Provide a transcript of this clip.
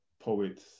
poets